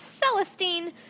Celestine